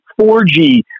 4G